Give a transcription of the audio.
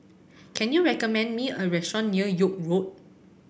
can you recommend me a restaurant near York Road